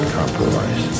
compromise